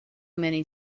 many